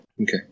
Okay